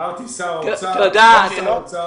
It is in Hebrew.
אמרתי שר האוצר, סגן שר האוצר.